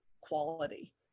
quality